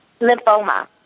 lymphoma